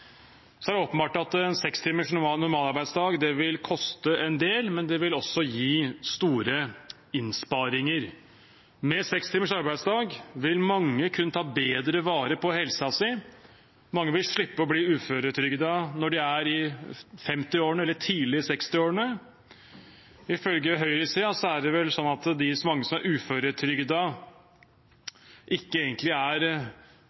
er åpenbart at seks timers normalarbeidsdag vil koste en del, men det vil også gi store innsparinger. Med seks timers arbeidsdag vil mange kunne ta bedre vare på helsen sin, mange vil slippe å bli uføretrygdet når de er i 50-årene eller tidlig i 60-årene. Ifølge høyresiden er det vel sånn at mange som er uføretrygdede, ikke egentlig er